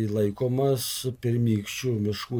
laikomas pirmykščių miškų